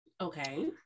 Okay